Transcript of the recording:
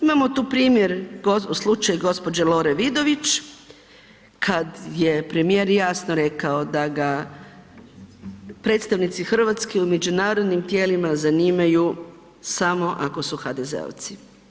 Imamo tu primjer, slučaj gđe. Lore Vidović kad je premijer jasno rekao da ga predstavnici RH u međunarodnim tijelima zanimaju samo ako su HDZ-ovci.